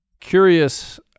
curious